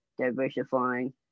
diversifying